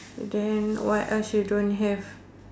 then what else you don't have